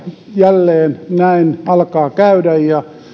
jälleen näin alkaa käydä